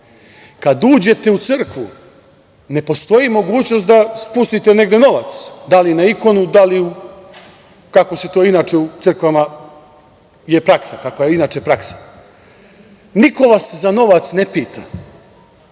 Kada uđete u crkvu ne postoji mogućnost da spustite negde novac, da li na ikonu, da li, kakva inače u crkvama je praksa. Niko vas za novac ne pita,